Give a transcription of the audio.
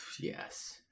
yes